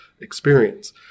experience